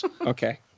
Okay